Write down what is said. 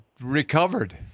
recovered